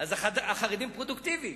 החרדים פרודוקטיביים